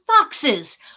foxes